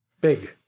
Big